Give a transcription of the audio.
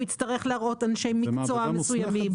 הוא יצטרך להראות אנשי מקצוע מסוימים,